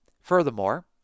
Furthermore